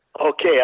Okay